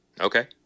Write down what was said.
Okay